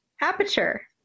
aperture